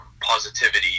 positivity